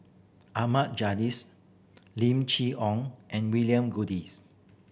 Ahmad Lim Chee Onn and William Goodes